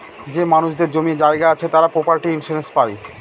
যে মানুষদের জমি জায়গা আছে তারা প্রপার্টি ইন্সুরেন্স পাই